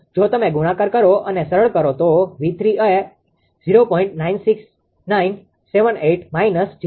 જો તમે ગુણાકાર કરો અને સરળ કરો તો 𝑉3 એ 0